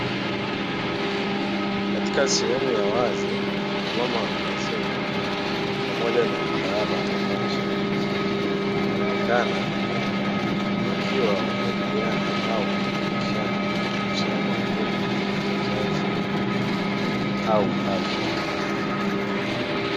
Katika sehemu ya wazi, wanawake watu wazima pamoja na mtaalamu wa afya wanaonekana wakiwa wanajadiliana au kuelimishana kuhusiana na elimu ya uzazi au afya.